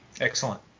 Excellent